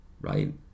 right